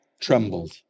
trembled